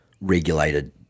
regulated